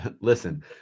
Listen